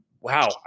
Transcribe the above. wow